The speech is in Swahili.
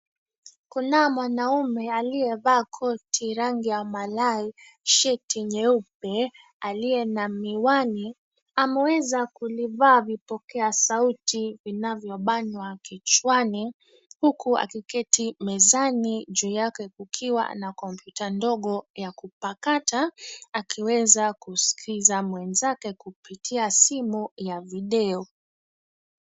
Kunao mwanaume aliyevaa koti rangi ya malai, sheti nyeupe, aliye na miwani, ameweza kulivaa vipokea sauti vinavyobanwa kichwani, huku akiketi mezani, juu yake kukiwa na kompyuta ndogo ya kupakata akiweza kuskiza mwenzake kupitia simu ya video .